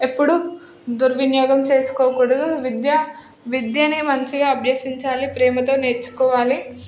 ఎప్పుడు దుర్వినియోగం చేసుకోకూడదు విద్య విద్యను మంచిగా అభ్యసించాలి ప్రేమతో నేర్చుకోవాలి